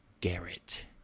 Garrett